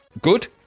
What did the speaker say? good